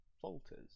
falters